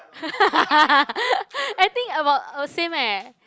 I think about uh same eh